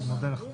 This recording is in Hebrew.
אני מודה לך.